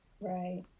Right